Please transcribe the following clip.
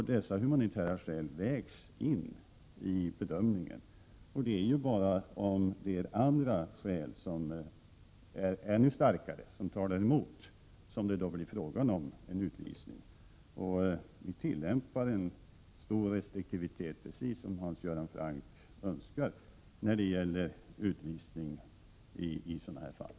Dessa humanitära skäl vägs in i bedömningen. Det är endast när det finns andra skäl som är ännu starkare som talar emot, som det blir fråga om utvisning. Vi tillämpar stor restriktivitet, precis som Hans Göran Franck önskar, när det gäller utvisning i sådana här fall.